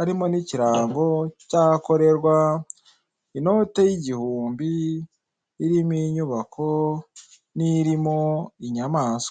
arimo n'ikirango cy'aho akorerwa inote y'igihumbi irimo inyubako n'irimo inyamanswa.